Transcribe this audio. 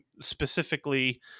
specifically